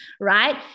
right